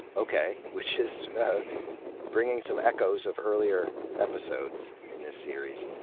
okay, which is bringing some echoes of earlier episodes in this series.